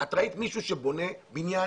את ראית מישהו שבונה בניין